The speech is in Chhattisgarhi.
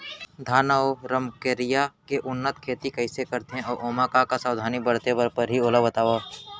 धान अऊ रमकेरिया के उन्नत खेती कइसे करथे अऊ ओमा का का सावधानी बरते बर परहि ओला बतावव?